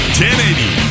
1080